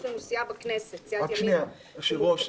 יש לנו סיעה בכנסת סיעת ימינה --- היושב-ראש,